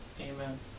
Amen